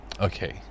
Okay